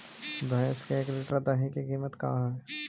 भैंस के एक लीटर दही के कीमत का है?